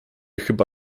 chyba